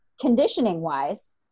Conditioning-wise